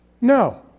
no